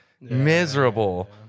miserable